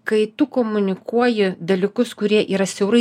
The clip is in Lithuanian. kai tu komunikuoji dalykus kurie yra siaurai